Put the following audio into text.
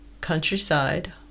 countryside